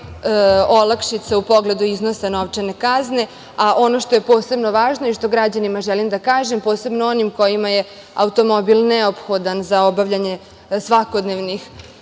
obezbediti olakšica u pogledu iznosa novčane kazne. Ono što je posebno važno i što građanima želim da kažem, posebno onim kojima je automobil neophodan za obavljanje svakodnevnih